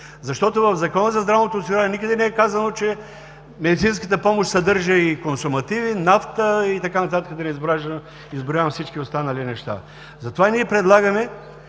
Защото в Закона за здравното осигуряване никъде не е казано, че медицинската помощ съдържа и консумативи, нафта и така нататък, да не изброявам всички останали неща. Затова ние предлагаме